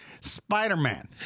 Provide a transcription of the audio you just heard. Spider-Man